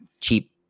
cheap